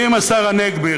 ואם השר הנגבי,